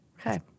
Okay